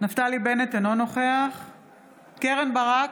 נפתלי בנט, אינו נוכח קרן ברק,